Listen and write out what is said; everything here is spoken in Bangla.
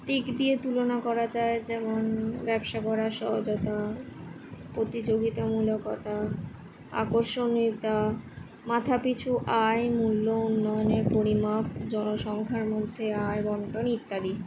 দিক দিয়ে তুলনা করা যায় যেমন ব্যবসা করার সহজতা প্রতিযোগিতামূলকতা আকর্ষণীয়তা মাথা পিছু আয় মূল্য উন্নয়নের পরিমাপ জনসংখ্যার মধ্যে আয় বণ্টন ইত্যাদি